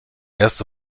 erste